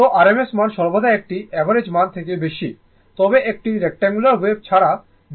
তো RMS মান সর্বদা একটি অ্যাভারেজ থেকে বেশি তবে একটি রেক্ট্যাঙ্গুলার ওয়েভ ছাড়া বিশেষত r2ওয়েভ